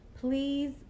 please